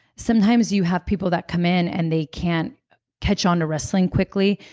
sometimes you have people that come in and they can't catch on to wrestling quickly,